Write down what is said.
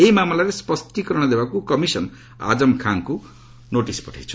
ଏହି ମାମଲାରେ ସ୍ୱଷ୍ଟୀକରଣ ଦେବାକୁ କମିଶନ୍ ଆଜମ୍ ଖାଁଙ୍କୁ କହିଛନ୍ତି